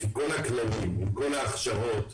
לפי כל הכללים ועם כל ההכשרות,